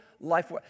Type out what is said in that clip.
life